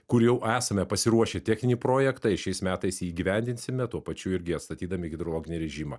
kur jau esame pasiruošę techninį projektą ir šiais metais jį įgyvendinsime tuo pačiu irgi atstatydami hidrologinį režimą